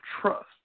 trust